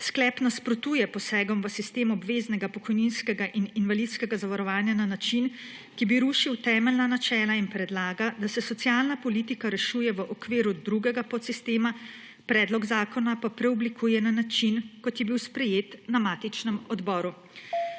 Sklep nasprotuje posegom v sistem obveznega pokojninskega in invalidskega zavarovanja na način, ki bi rušil temeljna načela, in predlaga, da se socialna politika rešuje v okviru drugega podsistema, predlog zakona pa preoblikuje na način, kot je bil sprejet na matičnem odboru.